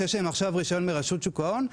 שיש להן עכשיו רישיון מרשות שוק ההון,